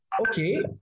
Okay